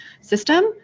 system